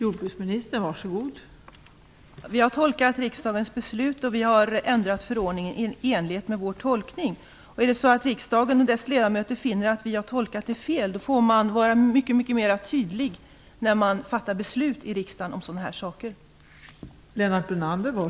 Fru talman! Vi har tolkat riksdagens beslut och vi har ändrat förordningen i enlighet med vår tolkning. Är det så att riksdagen och dess ledamöter finner att vi har tolkat det fel, får man vara mycket mera tydlig när man fattar beslut i riksdagen om sådana här saker.